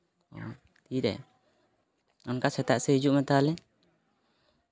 ᱛᱤ ᱨᱮ ᱚᱱᱠᱟ ᱥᱮᱛᱟᱜ ᱥᱮᱫ ᱦᱤᱡᱩᱜ ᱢᱮ ᱛᱟᱦᱚᱞᱮ